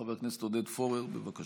חבר הכנסת עודד פורר, בבקשה.